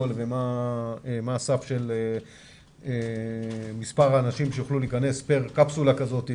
ומה הסף של מספר האנשים שיוכלו להיכנס פר קפסולה כזאת,